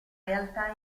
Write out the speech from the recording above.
realtà